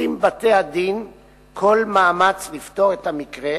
עושים בתי-הדין כל מאמץ לפתור את המקרה.